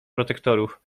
protektorów